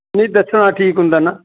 ਨਹੀਂ ਦੱਸਣਾ ਠੀਕ ਹੁੰਦਾ ਨਾ